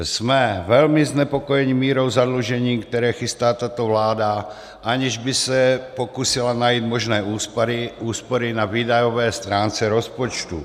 Jsme velmi znepokojeni mírou zadlužení, které chystá tato vláda, aniž by se pokusila najít možné úspory na výdajové stránce rozpočtu.